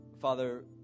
Father